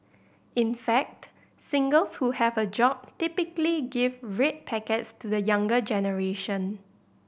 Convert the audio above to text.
in fact singles who have a job typically give red packets to the younger generation